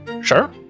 Sure